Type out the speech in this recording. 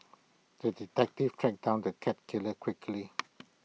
the detective tracked down the cat killer quickly